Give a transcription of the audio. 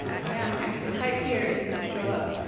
so now i can type here. it's gonna show up,